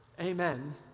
Amen